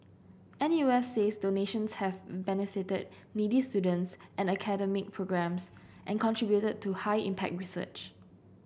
N U S says donations have benefited needy students and academic programmes and contributed to high impact research